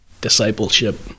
discipleship